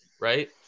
right